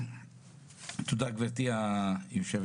תני לי רק לסיים.